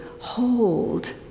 hold